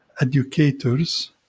educators